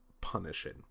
punishing